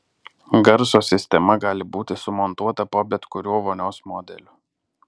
garso sistema gali būti sumontuota po bet kuriuo vonios modeliu